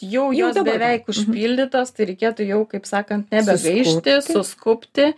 jau jos beveik užpildytos tai reikėtų jau kaip sakant nebegaišti suskubti